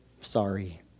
sorry